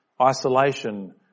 isolation